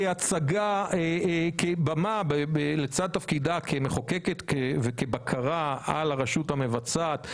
כבמה לצד תפקידה כמחוקקת וכבקרה על הרשות המבצעת,